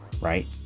Right